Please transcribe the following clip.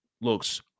looks